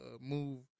move